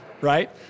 right